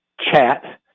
chat